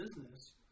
business